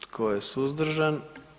Tko je suzdržan?